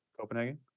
Copenhagen